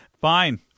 fine